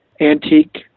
antique